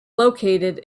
located